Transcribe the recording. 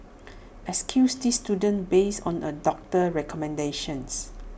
excuse these students based on A doctor's recommendations